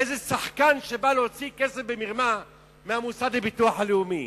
איזה שחקן שבא להוציא כסף במרמה מהמוסד לביטוח לאומי.